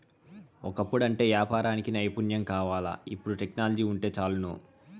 ఒకప్పుడంటే యాపారానికి నైపుణ్యం కావాల్ల, ఇపుడు టెక్నాలజీ వుంటే చాలును